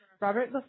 Robert